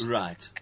right